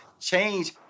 change